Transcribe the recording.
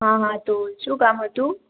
હા હા તો શું કામ હતું